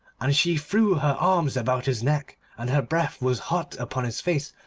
and she threw her arms about his neck, and her breath was hot upon his face.